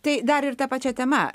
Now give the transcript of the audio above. tai dar ir ta pačia tema